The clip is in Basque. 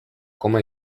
koma